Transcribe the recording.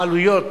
העלויות,